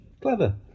Clever